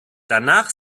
danach